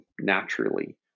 naturally